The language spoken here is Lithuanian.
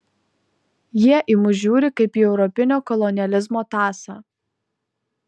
jie į mus žiūri kaip į europinio kolonializmo tąsą